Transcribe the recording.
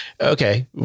okay